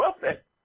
perfect